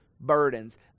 burdens